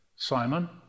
Simon